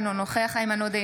אינו נוכח איימן עודה,